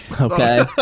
Okay